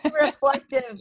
reflective